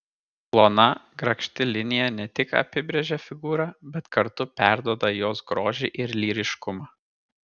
plona grakšti linija ne tik apibrėžia figūrą bet kartu perduoda jos grožį ir lyriškumą